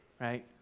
right